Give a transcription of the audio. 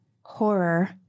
horror